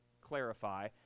clarify